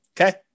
Okay